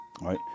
right